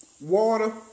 Water